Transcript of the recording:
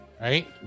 Right